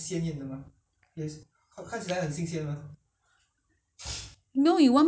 那个我有买 eh 在在那个冰箱里面所以你要我煮那个给你吃 lor 那个